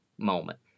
moment